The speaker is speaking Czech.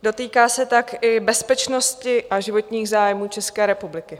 Dotýká se tak i bezpečnosti a životních zájmů České republiky.